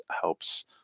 helps